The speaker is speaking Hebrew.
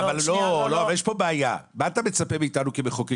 יש פה בעיה, מה אתה מצפה מאתנו כמחוקקים?